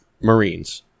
Marines